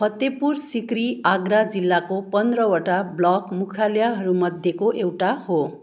फतेहपुर सिकरी आगरा जिल्लाको पन्ध्रवटा ब्लक मुखाल्याहरूमध्येको एउटा हो